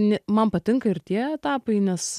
ne man patinka ir tie etapai nes